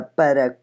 para